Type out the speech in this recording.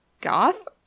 goth